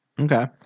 Okay